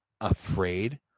afraid